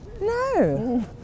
No